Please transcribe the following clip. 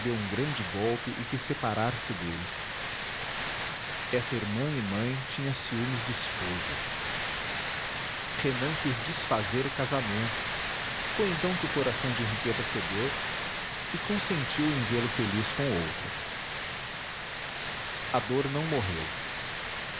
um grande golpe e quis separarse dele essa irmã e mãe tinha ciúmes de esposa renan quis desfazer o casamento foi então que o coração de henriqueta cedeu e consentiu em vê-lo feliz com outra a dor não morreu